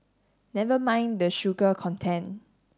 never mind the sugar content